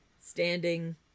standing